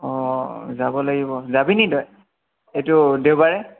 অ যাব লাগিব যাবিনি তই এইটো দেওবাৰে